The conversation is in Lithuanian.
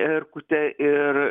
erkutė ir